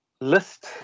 list